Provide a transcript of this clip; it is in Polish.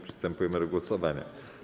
Przystępujemy do głosowania.